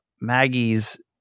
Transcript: Maggie's